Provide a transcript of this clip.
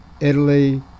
Italy